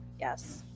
Yes